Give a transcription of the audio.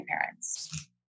parents